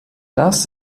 das